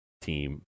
team